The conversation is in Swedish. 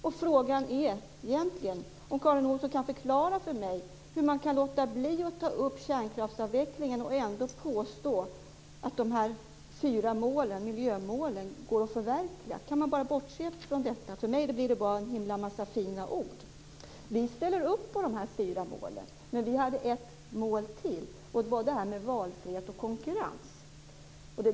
Frågan är egentligen om Karin Olsson kan förklara för mig hur man kan låta bli att ta upp kärnkraftsavvecklingen och ändå påstå att det går att förverkliga de fyra miljömålen. Kan man bara bortse från detta? För mig framstår det bara som en himla massa fina ord. Vi ställer upp på de fyra målen men har ett mål till, nämligen målet om valfrihet och konkurrens.